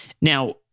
Now